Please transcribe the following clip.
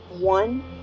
One